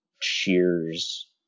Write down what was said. cheers